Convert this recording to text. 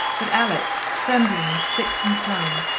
but alex, trembling and sick from crying,